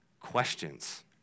questions